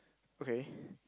okay